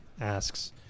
asks